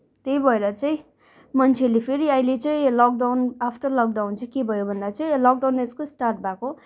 त्यही भएर चाहिँ मान्छेहरूले फेरि अहिले चाहिँ लकडाउन आफ्टर लकडाउन चाहिँ के भयो भन्दा चाहिँ लकडाउनको डेजको स्टार्ट भएको